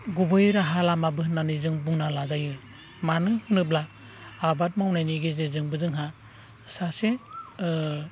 गुबै राहालामाबो होननानै जों बुंना लाजायो मानो होनोब्ला आबाद मावनायनि गेजेरजोंबो जोंहा सासे